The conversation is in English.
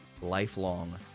Lifelong